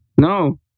No